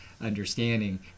understanding